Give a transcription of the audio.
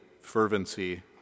fervency